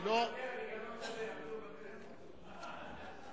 אני מוותר, אני גם לא מדבר, אפילו בפלאפון.